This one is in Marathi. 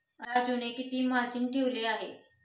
राजूने किती मार्जिन ठेवले आहे?